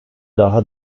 daha